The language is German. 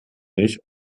nicht